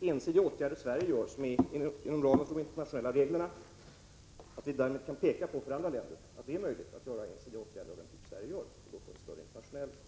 ensidiga åtgärder som Sverige vidtagit inom ramen för de internationella reglerna kan påpeka för andra länder att det är möjligt att vidta ensidiga åtgärder, såsom Sverige gör, och därmed får åtgärderna internationell vidd.